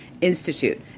Institute